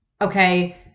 okay